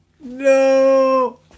No